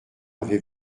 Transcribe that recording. avez